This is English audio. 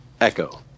Echo